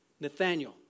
Nathaniel